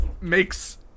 makes